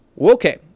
okay